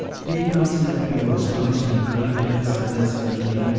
did you not see that we were astonished and grieved at your silence when you came,